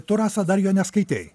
tu rasa dar jo neskaitei